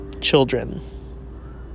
children